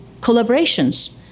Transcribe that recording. collaborations